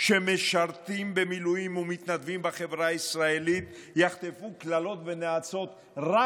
שמשרתים במילואים ומתנדבים בחברה הישראלית יחטפו קללות ונאצות רק